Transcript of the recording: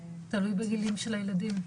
זה תלוי בגילים של הילדים.